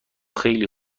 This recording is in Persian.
خیلی